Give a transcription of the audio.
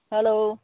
hello